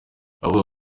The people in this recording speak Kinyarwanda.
abavuga